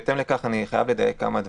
בהתאם לכך אני חייב לדייק כמה דברים.